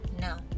no